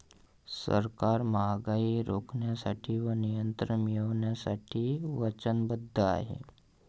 सरकार महागाई रोखण्यासाठी व नियंत्रण मिळवण्यासाठी वचनबद्ध आहे